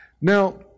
Now